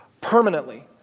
permanently